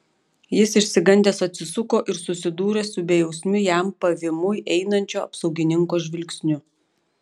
jis išsigandęs atsisuko ir susidūrė su bejausmiu jam pavymui einančio apsaugininko žvilgsniu